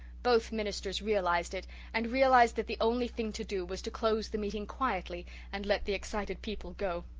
both ministers realized it and realized that the only thing to do was to close the meeting quietly and let the excited people go.